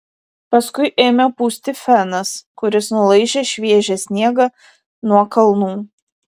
paskui ėmė pūsti fenas kuris nulaižė šviežią sniegą nuo kalnų